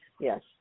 yes